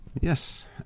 Yes